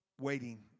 waiting